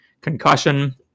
concussion